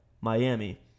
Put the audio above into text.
Miami